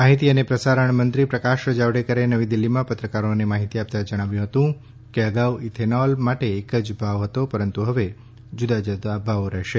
માહિતી અને પ્રસારણ મંત્રી પ્રકાશ જાવડેકરે નવી દિલ્હીમાં પત્રકારોને માહિતી આપતાં જણાવ્યું કે અગાઉ ઇથેનોલ માટે એક જ ભાવ હતો પરંતુ હવે જુદા જુદા ભાવો થશે